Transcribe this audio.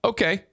Okay